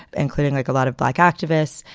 including like a lot of black activists.